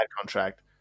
contract